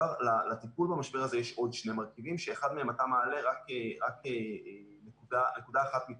לטיפול במשבר הזה יש עוד שני מרכיבים שאחד מהם אתה מעלה רק כנקודה אחת,